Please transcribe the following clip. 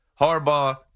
Harbaugh